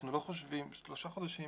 אנחנו לא חושבים ששלושה חודשים